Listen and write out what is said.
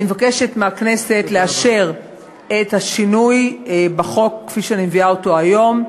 אני מבקשת מהכנסת לאשר את השינוי בחוק כפי שאני מביאה אותו היום,